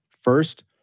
first